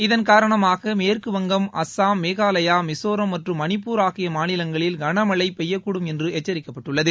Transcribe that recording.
இதன்காரணமாக மேற்குவங்கம் அஸ்ஸாம் மேகாலயா மிசோராம் மேகாாலய மற்றும் மணிப்பூர் ஆகிய மாநிலங்களில் கனமழை பெய்யக்கூடும் என்று எச்சரிக்கப்பட்டுள்ளது